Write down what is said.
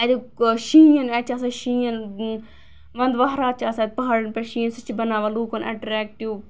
اَتُک شیٖن اَتہِ چھُ آسان شیٖن وَندٕ وَہرات چھِ آسان پہاڑن پیٹھ شیٖن سُہ چھُ بناوان لوکَن اَٹریکٹِو